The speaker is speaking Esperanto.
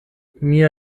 mia